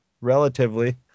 relatively